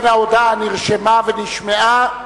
ההודעה נרשמה ונשמעה.